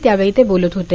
त्यावेळी ते बोलत होते